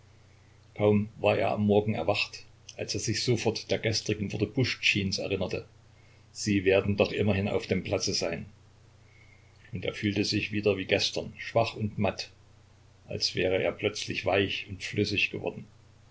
kaum war er am morgen erwacht als er sich sofort der gestrigen worte puschtschins erinnerte sie werden doch immerhin auf dem platze sein und er fühlte sich wieder wie gestern schwach und matt als wäre er plötzlich weich und flüssig geworden